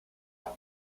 año